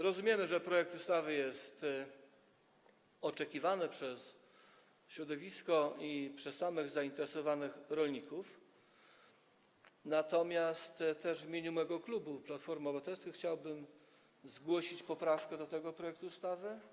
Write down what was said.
Rozumiemy, że projekt ustawy jest oczekiwany przez środowisko i przez samych zainteresowanych, rolników, natomiast w imieniu mego klubu, klubu Platforma Obywatelska, chciałbym zgłosić poprawkę do tego projektu ustawy.